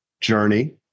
journey